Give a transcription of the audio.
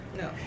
No